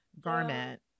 garment